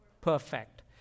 perfect